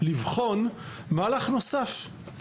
לבחון מהלך נוסף.